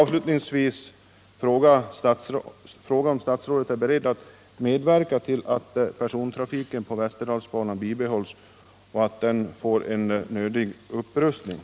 Avslutningsvis vill jag fråga om statsrådet är beredd medverka till att persontrafiken på Västerdalsbanan bibehålls och att banan upprustas på sätt som är nödvändigt.